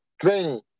training